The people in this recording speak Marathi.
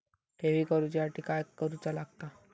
ठेवी करूच्या साठी काय करूचा लागता?